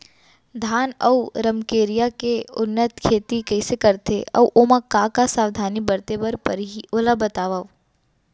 धान अऊ रमकेरिया के उन्नत खेती कइसे करथे अऊ ओमा का का सावधानी बरते बर परहि ओला बतावव?